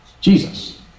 Jesus